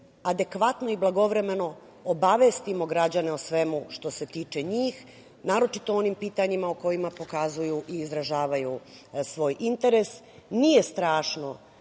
adekvatno i blagovremeno obavestimo građane o svemu što se tiče njih, naročito o onim pitanjima u kojima pokazuju i izražavaju svoj interes. Nije strašno